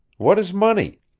what is money?